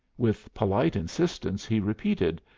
with polite insistence he repeated,